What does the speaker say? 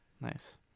nice